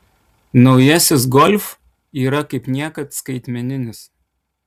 naujasis golf yra kaip niekad skaitmeninis